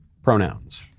Pronouns